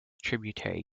tributary